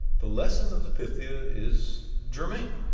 the lesson of the pythia is germane